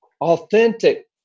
authentic